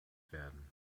werden